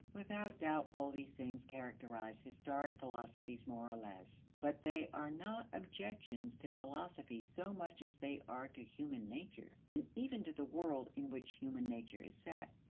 without doubt, all these things characterize historic philosophies more or less. but they are not objections to philosophy so much as they are to human nature, and even to the world in which human nature is set.